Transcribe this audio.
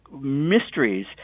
mysteries